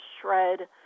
shred